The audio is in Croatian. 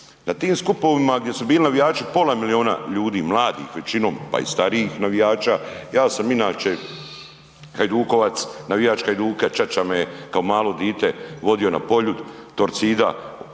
Na tim skupovima gdje su bili navijači, pola miliona ljudi, mladih većinom, pa i starijih navijača, ja sam inače hajdukovac, navijač Hajduka, čača me kao malo dite vodio na Poljud, Torcida